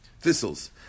thistles